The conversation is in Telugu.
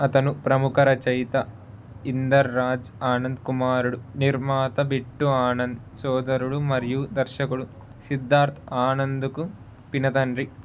అతను ప్రముఖ రచయిత ఇందర్రాజ్ ఆనంద్ కుమారుడు నిర్మాత బిట్టు ఆనంద్ సోదరుడు మరియు దర్శకుడు సిద్ధార్థ్ ఆనంద్కు పినతండ్రి